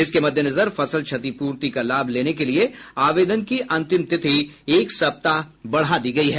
इसके मद्देनजर फसल क्षतिपूर्ति का लाभ लेने के लिए आवेदन की अंतिम तिथि एक सप्ताह बढ़ा दी गयी है